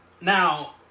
Now